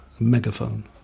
Megaphone